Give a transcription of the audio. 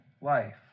life